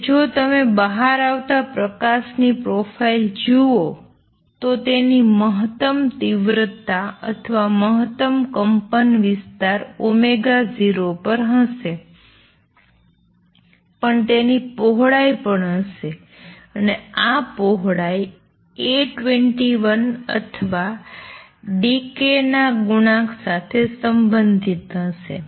કે જો તમે બહાર આવતા પ્રકાશની પ્રોફાઇલ જુઓ તો તેની મહત્તમ તીવ્રતા અથવા મહત્તમ એમ્પ્લિટ્યુડ 0 પર હશે પણ તેની પહોળાઈ પણ હશે અને આ પહોળાઈ A21 અથવા ડિકે ના કોએફિસિએંટ સાથે સંબંધિત હશે